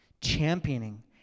championing